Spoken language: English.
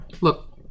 Look